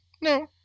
no